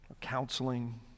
counseling